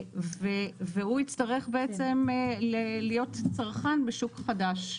הוא יצטרך להיות צרכן בשוק חדש.